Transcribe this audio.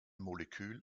molekül